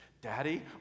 daddy